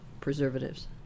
preservatives